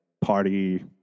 party